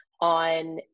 on